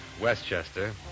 Westchester